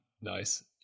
Nice